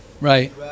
Right